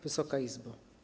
Wysoka Izbo!